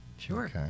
Sure